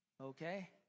Okay